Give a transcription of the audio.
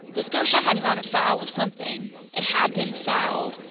the scotia hadn't run afoul of something, it had been fouled,